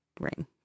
ring